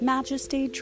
Majesty